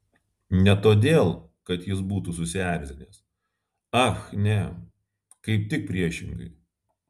ne todėl kad jis būtų susierzinęs ach ne kaip tik priešingai